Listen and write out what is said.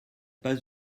pas